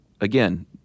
again